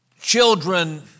children